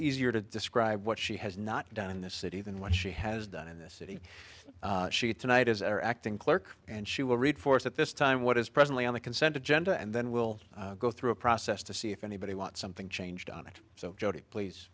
easier to describe what she has not done in this city than what she has done in this city she tonight is our acting clerk and she will read for us at this time what is presently on the consent agenda and then we'll go through a process to see if anybody wants something changed on it so